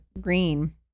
Green